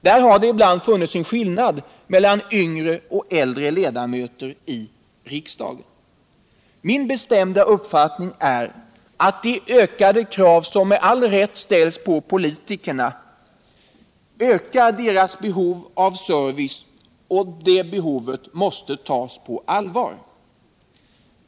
Där har det ibland funnits en skillnad mellan yngre och äldre ledamöter i riksdagen. Min bestämda uppfattning är att de ökade krav som med all rätt ställs på politikerna ökar deras behov av service, och det behovet måste tas på allvar.